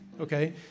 okay